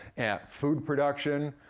at food production,